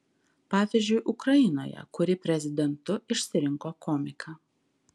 pavyzdžiui ukrainoje kuri prezidentu išsirinko komiką